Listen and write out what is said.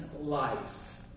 life